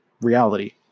reality